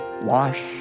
wash